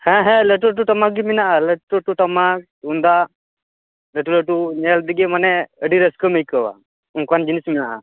ᱦᱮᱸ ᱦᱮᱸ ᱞᱟ ᱴᱩ ᱞᱟ ᱴᱩ ᱴᱟᱢᱟᱠ ᱜᱮ ᱢᱮᱱᱟᱜ ᱟ ᱞᱟ ᱴᱩ ᱞᱟ ᱴᱩ ᱴᱟᱢᱟᱠ ᱛᱩᱢᱫᱟᱜ ᱞᱟ ᱴᱩ ᱞᱟ ᱴᱩ ᱧᱮᱞ ᱛᱮᱜᱮ ᱢᱟᱱᱮ ᱟ ᱰᱤ ᱨᱟ ᱥᱠᱟ ᱢ ᱟ ᱭᱠᱟ ᱣᱟ ᱚᱱᱠᱟᱱ ᱡᱤᱱᱤᱥ ᱢᱮᱱᱟᱜ ᱼᱟ